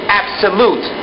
absolute